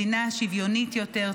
מדינה שוויונית יותר,